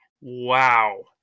Wow